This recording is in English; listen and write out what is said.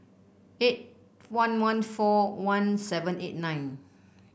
eight one one four one seven eight nine